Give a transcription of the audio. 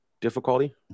difficulty